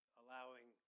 allowing